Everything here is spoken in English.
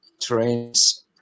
trains